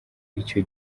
icyo